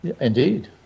Indeed